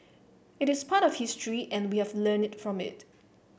it is part of history and we have learned from it